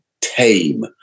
tame